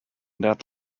that